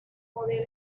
modelo